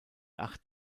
acht